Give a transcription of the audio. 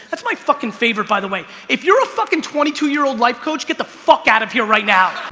that's my fucking favorite by the way if you're a fucking twenty two year old life coach get the fuck out of here right now